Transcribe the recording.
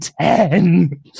ten